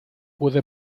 pude